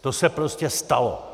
To se prostě stalo.